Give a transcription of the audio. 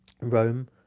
Rome